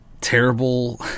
terrible